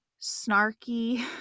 snarky